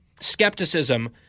skepticism